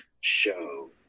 show